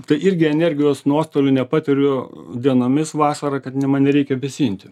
tai irgi energijos nuostolių nepatiriu dienomis vasarą kad man nereikia vėsinti